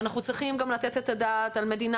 ואנחנו צריכים גם לתת את הדעת על מדינה